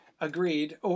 Agreed